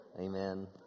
Amen